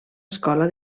escola